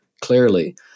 clearly